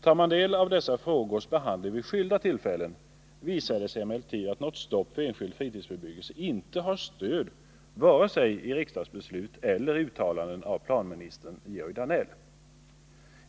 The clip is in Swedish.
Tar man del av dessa frågors behandling vid skilda tillfällen visar det sig att ett stopp för enskild fritidsbebyggelse inte har stöd vare sig i riksdagsbeslut eller i uttalanden av planministern Georg Danell.